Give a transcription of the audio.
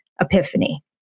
epiphany